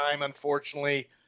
Unfortunately